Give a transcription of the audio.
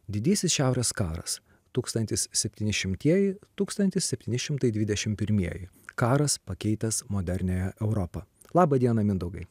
didysis šiaurės karas tūkstantis septynišimtieji tūkstantis septyni šimtai dvidešimt pirmieji karas pakeitęs moderniąją europą laba diena mindaugai